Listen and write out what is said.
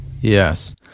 Yes